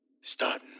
Starting